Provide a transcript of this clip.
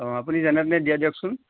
অ আপুনি যেনে তেনে দিয়াই দিয়কচোন